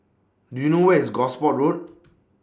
Do YOU know Where IS Gosport Road